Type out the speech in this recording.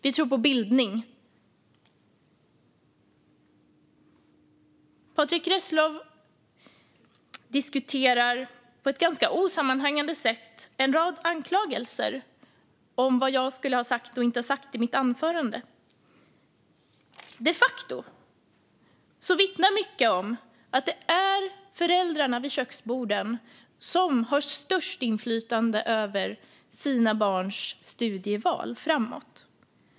Vi tror på bildning. Patrick Reslow diskuterar på ett ganska osammanhängande sätt en rad anklagelser om vad jag ska ha sagt och inte sagt i mitt anförande. De facto vittnar mycket om att det är föräldrarna vid köksborden som har störst inflytande över sina barns studieval.